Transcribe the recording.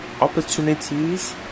opportunities